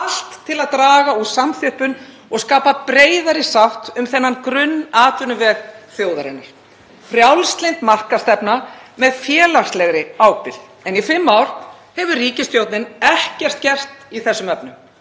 Allt til að draga úr samþjöppun og skapa breiðari sátt um þennan grunnatvinnuveg þjóðarinnar. Frjálslynd markaðsstefna með félagslegri ábyrgð. En í fimm ár hefur ríkisstjórnin ekkert gert í þessum efnum.